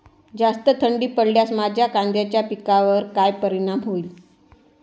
जास्त थंडी पडल्यास माझ्या कांद्याच्या पिकावर काय परिणाम होईल?